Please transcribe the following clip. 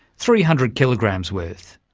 three hundred kilograms worth.